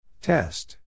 Test